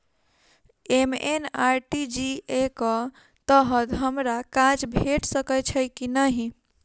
MNREGA कऽ तहत हमरा काज भेट सकय छई की नहि?